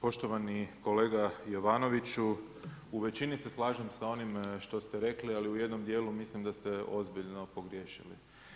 Poštovani kolega Jovanoviću, u većini se slažem sa onim što ste rekli, ali u jednom dijelu mislim da ste ozbiljno pogriješili.